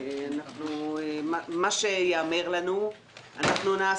מה שייאמר לנו אנחנו נעשה.